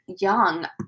young